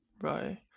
Right